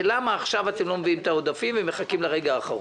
ולמה עכשיו אתם לא מביאים את העודפים ומחכים לרגע האחרון?